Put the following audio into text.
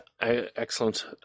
excellent